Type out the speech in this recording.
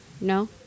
No